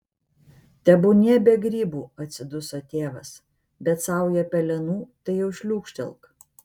tebūnie be grybų atsiduso tėvas bet saują pelenų tai jau šliūkštelk